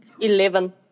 Eleven